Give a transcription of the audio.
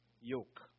yoke